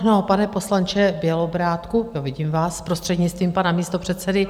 No, pane poslanče Bělobrádku, ano, vidím vás, prostřednictvím pana místopředsedy .